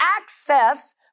access